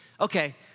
Okay